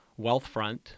Wealthfront